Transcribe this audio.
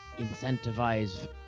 incentivize